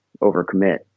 overcommit